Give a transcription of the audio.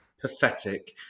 pathetic